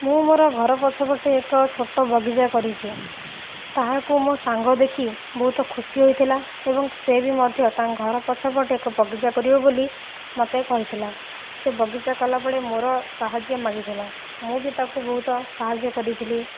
ମୁଁ ମୋର ଘର ପଛ ପଟେ ଏକ ଛୋଟ ବଗିଚା କରିଛି ତାହାକୁ ମୋ ସାଙ୍ଗ ଦେଖି ବହୁତ ଖୁସି ହୋଇଥିଲା ଏବଂ ସେ ବି ମଧ୍ୟ ତାଙ୍କ ଘର ପଛ ପଟେ ଏକ ବଗିଚା କରିବ ବୋଲି ମୋତେ କହିଥିଲା ସେ ବଗିଚା କଲା ବେଳେ ମୋର ସାହାଯ୍ୟ ମାଗିଥିଲା ମୁଁ ବି ତାକୁ ବହୁତ ସାହାଯ୍ୟ କରିଥିଲି